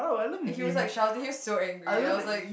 and he was like shouting he was so angry I was like